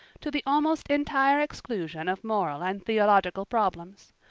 to the almost entire exclusion of moral and theological problems.